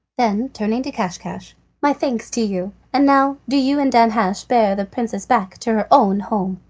then turning to caschcasch my thanks to you, and now do you and danhasch bear the princess back to her own home.